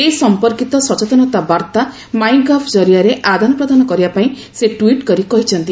ଏ ସମ୍ପର୍କୀତ ସଚେତନତା ବାର୍ତ୍ତା ମାଇ ଗଭ୍ ଜରିଆରେ ଆଦାନ ପ୍ରଦାନ କରିବା ପାଇଁ ସେ ଟ୍ୱିଟ୍ କରି କହିଛନ୍ତି